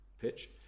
pitch